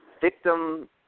victim